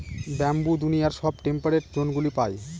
bamboo দুনিয়ার সব temperate জোনগুলা পায়